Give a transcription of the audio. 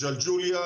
ג'לג'וליה,